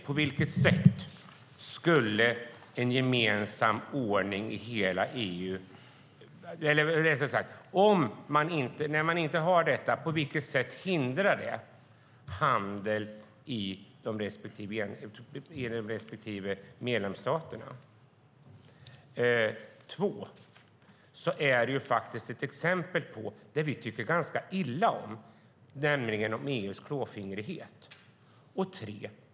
Om man inte har en gemensam ordning i hela EU, på vilket sätt hindrar det handeln i respektive medlemsstater? 2. Detta är ett exempel på det vi tycker ganska illa om, nämligen EU:s klåfingrighet. 3.